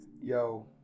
yo